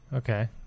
Okay